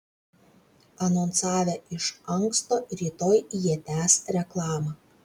anonsavę iš anksto rytoj jie tęs reklamą